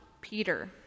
Peter